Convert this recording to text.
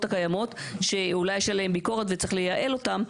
הקיימות שאולי יש עליהן ביקורת וצריך לייעל אותן,